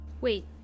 Wait